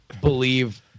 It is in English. believe